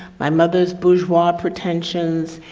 my mother's bourgeois pretensions,